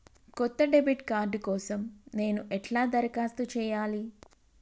కొత్త debit card కోసం నేను ఎట్లా దరఖాస్తు చేయాలి?